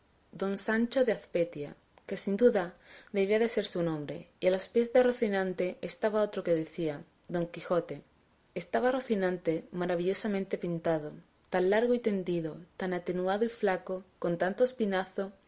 don sancho de azpetia que sin duda debía de ser su nombre y a los pies de rocinante estaba otro que decía don quijote estaba rocinante maravillosamente pintado tan largo y tendido tan atenuado y flaco con tanto espinazo